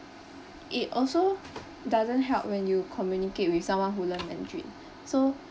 it also doesn't help when you communicate with someone who learn mandarin so